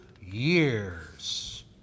years